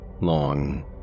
long